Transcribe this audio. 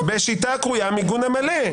-- בשיטה הקרויה "מיגון מלא",